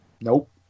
Nope